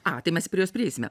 a tai mes prie jos prieisime